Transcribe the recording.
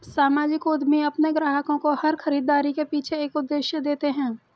सामाजिक उद्यमी अपने ग्राहकों को हर खरीदारी के पीछे एक उद्देश्य देते हैं